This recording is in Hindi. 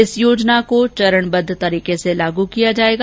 इस योजना को चरणबद्व तरीके से लागू किया जाएगा